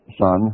son